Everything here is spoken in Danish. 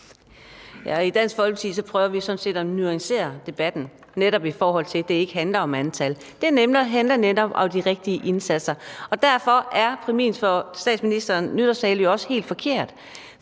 I Dansk Folkeparti prøver vi sådan set at nuancere debatten i forhold til, at det ikke handler om antal, men at det netop handler om de rigtige indsatser, og derfor er præmissen for statsministerens nytårstale jo også helt forkert.